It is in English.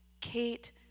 Kate